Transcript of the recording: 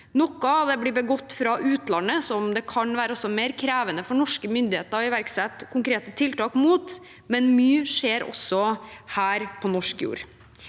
Noe av det blir begått fra utlandet, så det kan også være mer krevende for norske myndigheter å iverksette kon krete tiltak mot det, men mye skjer også her, på norsk jord.